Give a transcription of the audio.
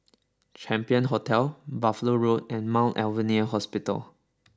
Champion Hotel Buffalo Road and Mount Alvernia Hospital